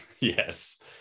Yes